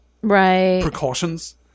precautions